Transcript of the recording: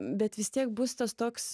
bet vis tiek bus tas toks